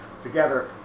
together